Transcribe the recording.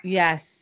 yes